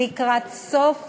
לקראת סוף